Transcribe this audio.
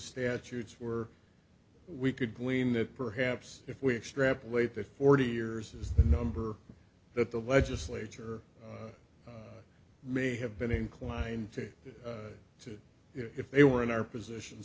statutes were we could glean that perhaps if we extrapolate that forty years is the number that the legislature may have been inclined to if they were in our position